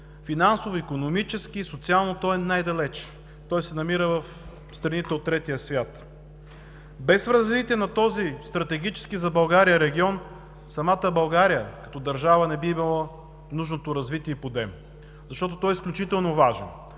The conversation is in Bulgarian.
финансово, икономически и социално той е най-далече и се намира в страните от Третия свят. Без развитие на този стратегически за България регион самата България като държава не би имала нужното развитие и подем, защото той е изключително важен,